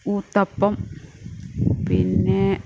ഊത്തപ്പം പിന്നെ